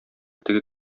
теге